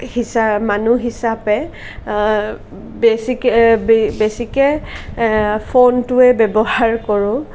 হিচা মানুহ হিচাপে বেছিকে আ বেছিকৈ আ ফোনটোয়েই ব্যৱহাৰ কৰোঁ